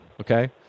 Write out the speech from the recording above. Okay